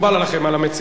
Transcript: בוודאי רוצים לשמוע,